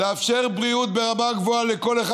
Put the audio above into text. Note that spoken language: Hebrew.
לאפשר בריאות ברמה גבוהה לכל אחד,